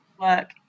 work